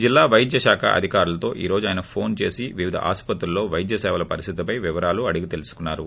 జిల్లా పైద్య శాఖ అధికారులకు ఈ రోజు ఆయన ఫోన్ చేసి వివిధ ఆసుపత్రుల్లో వైద్య సేవల పరిస్గితులపై వివరాలు అడిగి తెలుసుకున్నారు